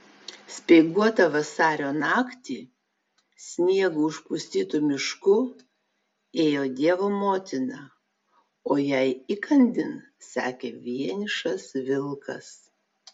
speiguotą vasario naktį sniego užpustytu mišku ėjo dievo motina o jai įkandin sekė vienišas vilkas